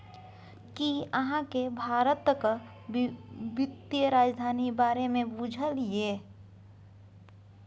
कि अहाँ केँ भारतक बित्तीय राजधानी बारे मे बुझल यै?